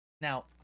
Now